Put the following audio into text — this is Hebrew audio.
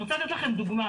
אני רוצה לתת לכם דוגמה.